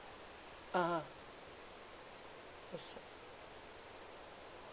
(uh huh)